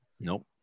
Nope